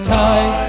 time